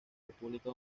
república